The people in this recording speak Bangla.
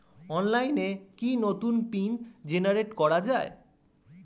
অনলাইনে কি নতুন পিন জেনারেট করা যায়?